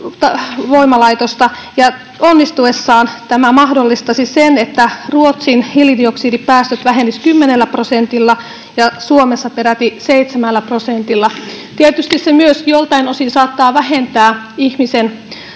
pilottivoimalaitosta. Onnistuessaan tämä mahdollistaisi sen, että Ruotsin hiilidioksidipäästöt vähenisivät 10 prosentilla ja Suomessa peräti 7 prosentilla. Tietysti se myös joiltain osin saattaa vähentää